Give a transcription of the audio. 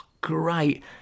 great